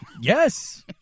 Yes